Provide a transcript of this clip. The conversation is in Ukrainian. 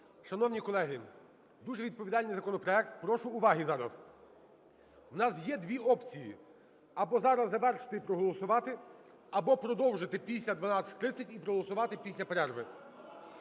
Шановні колеги, дуже відповідальний законопроект, прошу уваги зараз. У нас є дві опції: або зараз завершити і проголосувати, або продовжити після 12:30 і проголосувати після перерви.